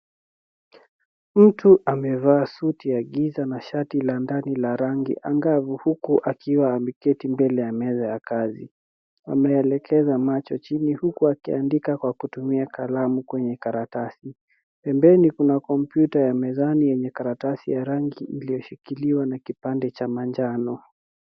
Mtu amevaa suti ya giza na shati la ndani la rangi angavu huku akiwa ameketi mbele ya meza ya kazi. Ameelekeza macho chini huku akiandika kwa kutumia kalamu kwenye karatasi. Pembeni kuna kompyuta ya mezani yenye karatasi ya rangi iliyoshikiliwa na kipande cha manjano.